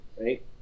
right